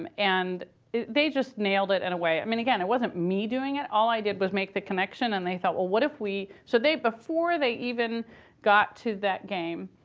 um and they just nailed it in a way i mean, again, it wasn't me doing it. all i did was make the connection. and they thought, well, what if we so before they even got to that game,